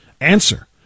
Answer